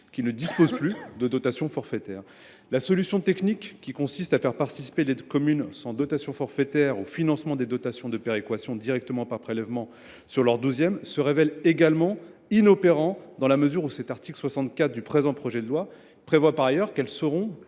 qui ne disposent plus de dotation forfaitaire. La solution technique consistant à faire participer les communes sans dotation forfaitaire au financement des dotations de péréquation directement par prélèvement sur leurs douzièmes se révèle également inopérante, dans la mesure où l’article 64 du présent projet de loi prévoit par ailleurs qu’elles seront